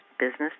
business